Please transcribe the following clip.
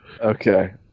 Okay